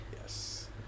yes